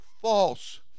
false